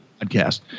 podcast